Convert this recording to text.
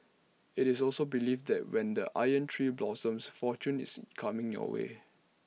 IT is also believed that when the iron tree blossoms fortune is coming your way